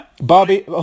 Bobby